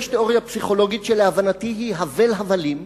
יש תיאוריה פסיכולוגית, שלהבנתי היא הבל הבלים,